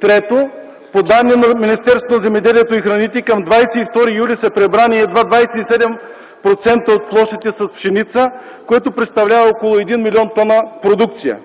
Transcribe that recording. Трето, по данни на Министерството на земеделието и храните към 22 юли 2010 г. са прибрани едва 27% от площите с пшеница, което представлява около 1 млн. т продукция,